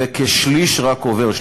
ורק כשליש עוברים,